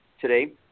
today